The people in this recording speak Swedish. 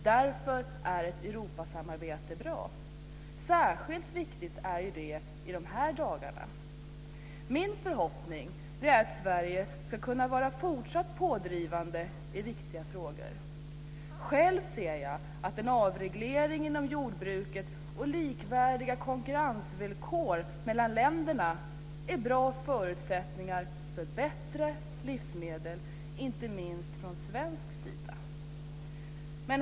Därför är ett Europasamarbete bra. Särskilt viktigt är det i de här dagarna. Min förhoppning är att Sverige fortsatt ska kunna vara pådrivande i viktiga frågor. Själv ser jag att en avreglering inom jordbruket och likvärdiga konkurrensvillkor för de olika länderna är bra förutsättningar för bättre livsmedel, inte minst från svensk sida.